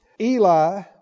Eli